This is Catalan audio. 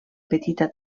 petita